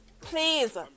please